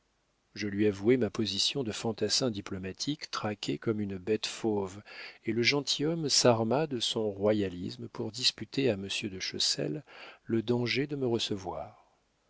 je lui avouai ma position de fantassin diplomatique traqué comme une bête fauve et le gentilhomme s'arma de son royalisme pour disputer à monsieur de chessel le danger de me recevoir